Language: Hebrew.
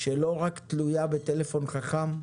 שלא רק תלויה בטלפון חכם,